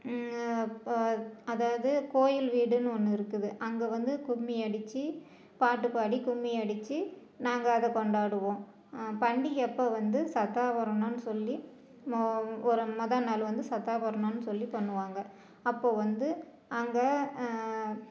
இப்போ அதாவது கோயில் வீடுன்னு ஒன்று இருக்குது அங்கே வந்து கும்மி அடிச்சு பாட்டு பாடி கும்மி அடிச்சு நாங்கள் அதை கொண்டாடுவோம் பண்டிகை அப்போ வந்து சத்தாக வரணுன்னு சொல்லி மோ ஒரு முத நாள் வந்து சத்தாக வரணுன்னு சொல்லி பண்ணுவாங்க அப்போ வந்து அங்கே